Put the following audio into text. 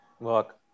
Look